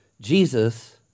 Jesus